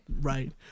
Right